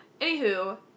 Anywho